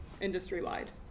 industry-wide